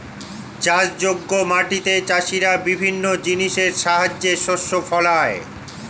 চাষযোগ্য মাটিতে চাষীরা বিভিন্ন জিনিসের সাহায্যে শস্য ফলায়